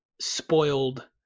spoiled